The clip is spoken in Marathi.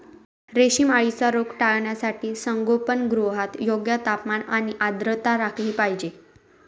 रेशीम अळीचा रोग टाळण्यासाठी संगोपनगृहात योग्य तापमान आणि आर्द्रता राखली पाहिजे